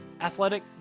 Athletic